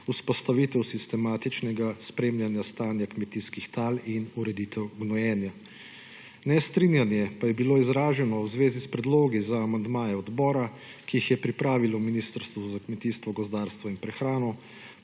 vzpostavitev sistematičnega spremljanja stanja kmetijskih tal in ureditev gnojenja. Nestrinjanje pa je bilo izraženo v zvezi s predlogi za amandmaje odbora, ki jih je pripravilo Ministrstvo za kmetijstvo, gozdarstvo in prehrano,